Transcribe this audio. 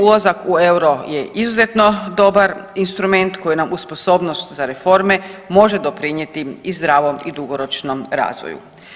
Ulazak u euro je izuzetno dobar instrument koji nam uz sposobnost za reforme može doprinijeti i zdravom i dugoročnom razvoju.